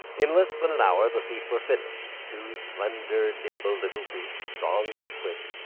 in less than an hour the feet were finished, two slender, nimble little feet, strong and quick,